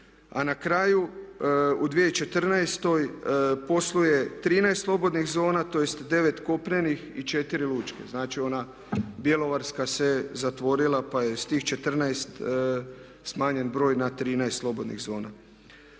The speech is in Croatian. A na kraju u 2014. posluje 13 slobodnih zona tj. 9 kopnenih i 4 lučke. Znači ona bjelovarska se zatvorila pa je s tih 14 smanjen broj na 13 slobodnih zona.